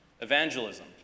Evangelism